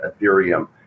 Ethereum